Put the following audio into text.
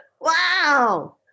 Wow